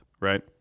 right